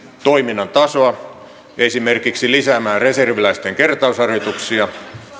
toiminnan tasoa esimerkiksi lisäämään reserviläisten kertausharjoituksia